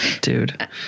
Dude